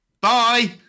Bye